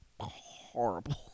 horrible